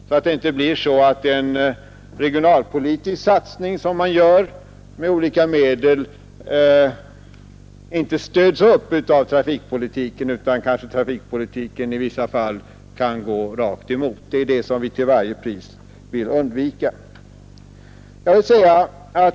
Annars kommer kanske en regionalpolitisk satsning, som man gör med olika medel, inte att stödjas av trafikpolitiken utan kommer måhända i vissa fall att direkt motverkas av denna. Detta vill vi till varje pris undvika.